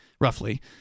Roughly